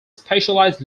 specialized